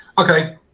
Okay